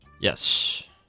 Yes